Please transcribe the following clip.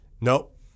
nope